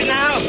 now